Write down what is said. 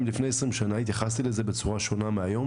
אם לפני 20 שנה התייחסתי לזה בצורה שונה מהיום,